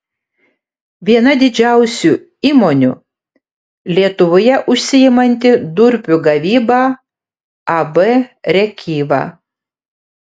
viena didžiausių įmonių lietuvoje užsiimanti durpių gavyba ab rėkyva